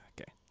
okay